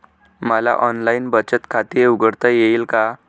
मला ऑनलाइन बचत खाते उघडता येईल का?